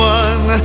one